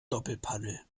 doppelpaddel